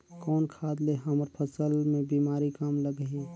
कौन खाद ले हमर फसल मे बीमारी कम लगही?